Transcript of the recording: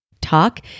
talk